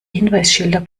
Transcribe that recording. hinweisschilder